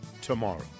tomorrow